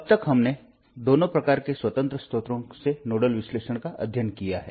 अब तक हमने दोनों प्रकार के स्वतंत्र स्रोतों से नोडल विश्लेषण का अध्ययन किया है